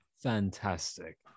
Fantastic